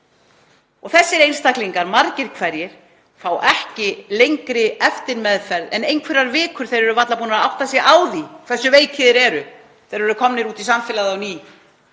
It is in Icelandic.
Þessir einstaklingar, margir hverjir, fá ekki lengri eftirmeðferð en einhverjar vikur. Þeir eru varla búnir að átta sig á því hversu veikir þeir eru þegar þeir eru komnir út í samfélagið á ný